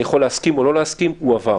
אני יכול להסכים או לא להסכים הוא עבר.